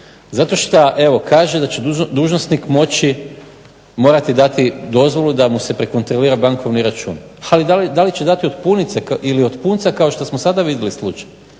što evo kažem da će dužnosnik moći morati dati dozvolu da mu se prekontrolira bankovni račun. Ali da li će dati od punice ili od punca kao što smo sada vidjeli slučaj,